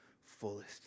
fullest